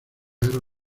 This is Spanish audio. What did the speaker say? guerra